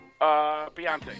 Beyonce